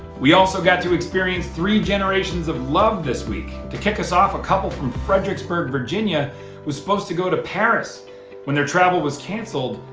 we also got to experience three generations of love this week. to kick us off, a couple from fredericksburg, virginia was supposed to go to paris when their travel was canceled.